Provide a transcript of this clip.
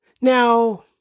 Now